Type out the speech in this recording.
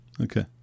Okay